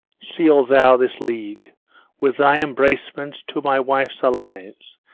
seal thou this league with thy embracements to my wife's allies,